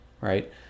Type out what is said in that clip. right